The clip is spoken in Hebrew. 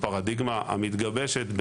בפרדיגמה המתגבשת,